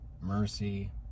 mercy